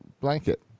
blanket